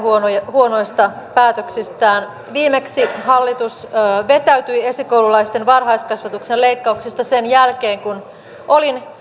huonoista päätöksistään viimeksi hallitus vetäytyi esikoululaisten varhaiskasvatuksen leikkauksista sen jälkeen kun olin